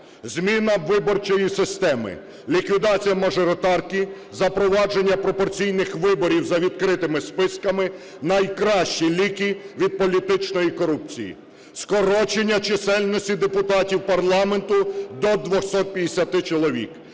Зміна виборчої системи: ліквідація мажоритарки, запровадження пропорційних виборів за відкритими списками – найкращі ліки від політичної корупції. Скорочення чисельності депутатів парламенту до 250 чоловіків,